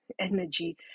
energy